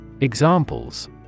Examples